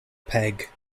peg